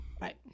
Right